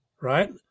right